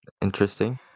Interesting